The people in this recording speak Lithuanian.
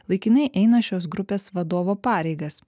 laikinai eina šios grupės vadovo pareigas